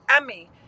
Emmy